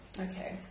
Okay